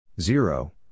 zero